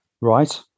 right